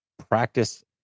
practice